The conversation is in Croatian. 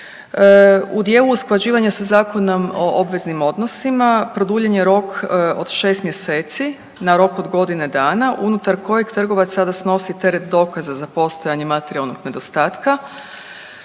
U dijelu usklađivanja sa Zakonom o obveznim odnosima, produljen je rok od 6 mjeseci na rok od godine dana unutar kojeg sada trgovac sada snosi teret dokaza za postojanje materijalnog nedostatka.